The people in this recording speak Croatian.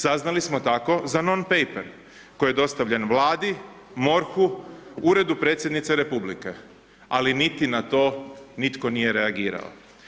Saznali smo tako za non paper koji je dostavljen Vladi, MORH-u, Uredu Predsjednice Republike ali niti na to nitko nije reagirao.